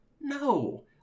No